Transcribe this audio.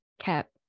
CAP